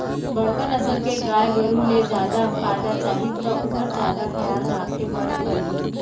बड़का नसल के गाय गरू ले जादा फायदा चाही त ओकर जादा खयाल राखे बर परही